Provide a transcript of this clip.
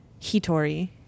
hitori